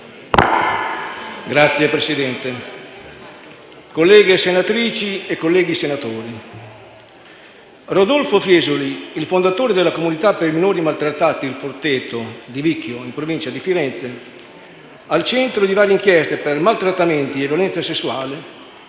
Signor Presidente, colleghe senatrici, colleghi senatori, Rodolfo Fiesoli, il fondatore della comunità per minori maltrattati «Il Forteto» di Vicchio, in provincia di Firenze, al centro di varie inchieste per maltrattamenti e violenza sessuale,